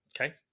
okay